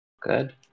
Good